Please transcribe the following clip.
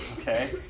okay